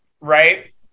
right